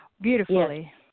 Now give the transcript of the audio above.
beautifully